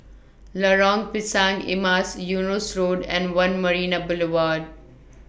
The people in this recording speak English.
Lorong Pisang Emas Eunos Road and one Marina Boulevard